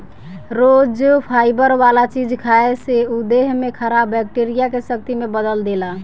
रोज fibre वाला चीज खाए से उ देह में खराब बैक्टीरिया के शक्ति में बदल देला